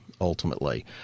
ultimately